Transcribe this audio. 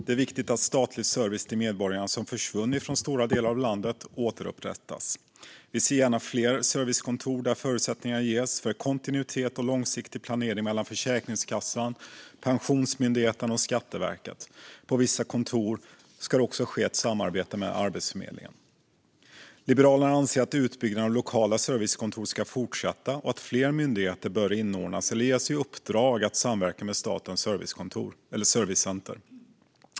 Det är viktigt att den statliga service till medborgarna som försvunnit från stora delar av landet återupprättas. Vi ser gärna fler servicekontor där förutsättningar ges för kontinuitet och långsiktig planering mellan Försäkringskassan, Pensionsmyndigheten och Skatteverket. På vissa kontor ska det också ske ett samarbete med Arbetsförmedlingen. Liberalerna anser att utbyggnaden av lokala servicekontor ska fortsätta och att fler myndigheter bör inordnas i eller ges i uppdrag att samverka med Statens servicecenter.